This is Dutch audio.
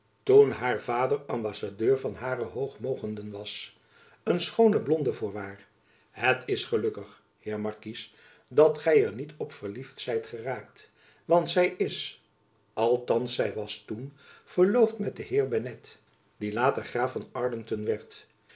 toen haar vader ambassadeur van h hoog mogenden was een schoone blonde voorwaar het is gelukkig heer markies dat gy er niet op verliefd zijt geraakt want zy is althands zy was toen verloofd met den heer bennet die later graaf van arlington